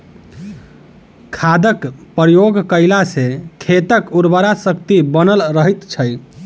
खादक प्रयोग कयला सॅ खेतक उर्वरा शक्ति बनल रहैत छै